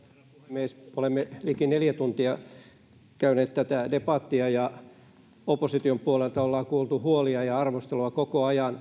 puhemies olemme liki neljä tuntia käyneet tätä debattia ja opposition puolelta ollaan kuultu huolia ja arvostelua koko ajan